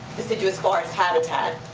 deciduous forest habitat.